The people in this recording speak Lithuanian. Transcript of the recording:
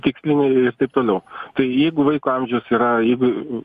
tikslinę ir taip toliau tai jeigu vaiko amžius yra jeigu